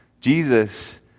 Jesus